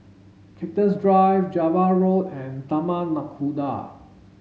Cactus Drive Java Road and Taman Nakhoda